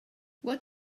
what